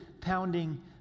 pounding